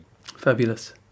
Fabulous